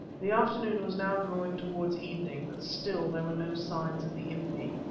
the afternoon was now drawing towards evening, but still there were no signs of the impi.